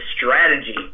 strategy